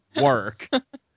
work